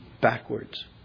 backwards